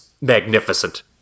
magnificent